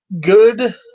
good